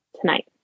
tonight